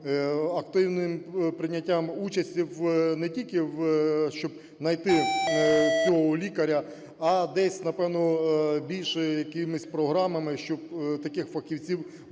активним прийняттям участі, не тільки щоб знайти цього лікаря, а десь, напевно, більше якимись програмами, щоб таких фахівців